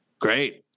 great